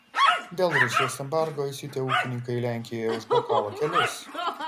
dėl rusijos embargo įsiutę ūkininkai lenkijoje užblokavo kelius